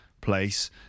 place